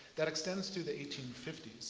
that extends to the eighteen fifty s.